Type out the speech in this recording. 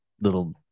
little